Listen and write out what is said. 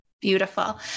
Beautiful